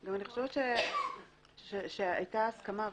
אני חושבת שהייתה הסכמה.